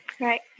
Right